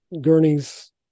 Gurney's